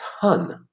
ton